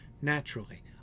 naturally